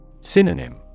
Synonym